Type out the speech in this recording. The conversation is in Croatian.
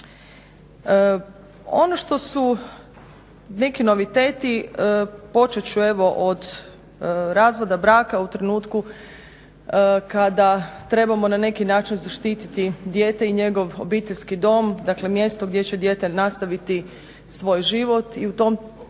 Ono što su neki noviteti, počet ću evo od razvoda braka u trenutku kada trebamo na neki način zaštiti dijete i njegov obiteljski dom, dakle mjesto gdje će dijete nastaviti svoj život i u tom dijelu